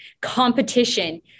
competition